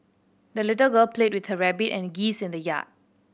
the little girl played with her rabbit and geese in the yard